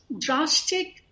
drastic